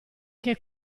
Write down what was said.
che